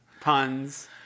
puns